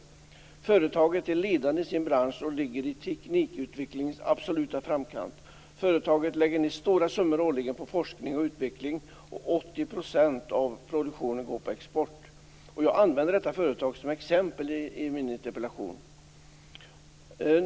Företaget är ledande i sin bransch, och ligger i teknikutvecklingens absoluta framkant. Det lägger ned stora summor årligen på forskning och utveckling. 80 % av produktionen går på export. Jag använder detta företag som exempel i min interpellation.